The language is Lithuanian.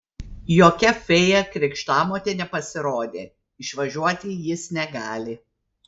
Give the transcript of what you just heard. jokia fėja krikštamotė nepasirodė išvažiuoti jis negali